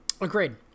Agreed